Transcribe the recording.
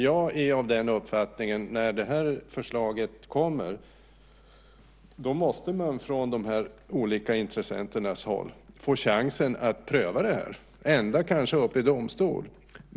Jag är av den uppfattningen att när det här förslaget kommer måste man från de olika intressenternas håll få chansen att pröva det här, kanske ända upp i domstol.